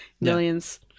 Millions